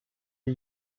die